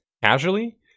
Casually